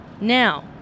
now